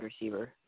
receiver